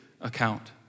account